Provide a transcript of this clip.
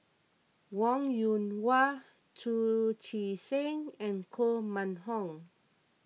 Wong Yoon Wah Chu Chee Seng and Koh Mun Hong